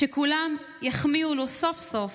שכולם יחמיאו לו סוף-סוף.